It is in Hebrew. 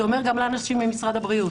זה אומר גם לאנשים ממשרד הבריאות,